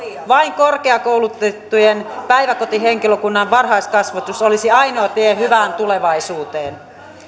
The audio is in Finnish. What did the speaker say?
vain korkeakoulutetun päiväkotihenkilökunnan varhaiskasvatus olisi ainoa tie hyvään tulevaisuuteen